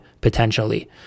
potentially